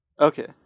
Okay